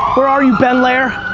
where are you ben larer?